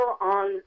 on